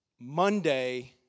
Monday